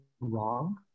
wrong